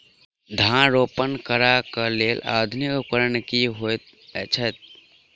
धान रोपनी करै कऽ लेल आधुनिक उपकरण की होइ छथि?